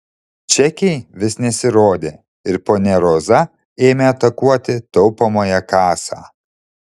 čekiai vis nesirodė ir ponia roza ėmė atakuoti taupomąją kasą